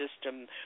system